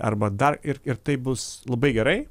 arba dar ir ir tai bus labai gerai